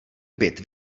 byt